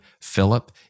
Philip